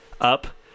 up